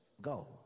Go